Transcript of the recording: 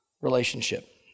relationship